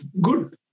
good